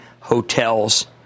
hotels